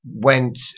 went